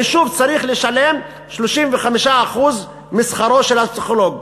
היישוב צריך לשלם 35% משכרו של הפסיכולוג